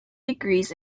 degrees